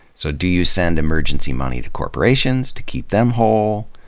so do you send emergency money to corporations, to keep them whole,